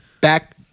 back